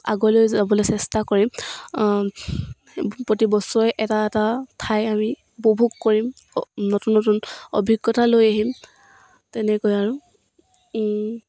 আগলৈ যাবলৈ চেষ্টা কৰিম প্ৰতি বছৰে এটা এটা ঠাই আমি উপভোগ কৰিম নতুন নতুন অভিজ্ঞতা লৈ আহিম তেনেকৈ আৰু